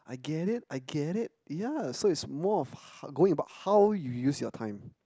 I get it I get it yeah so it's more of going about how you use your time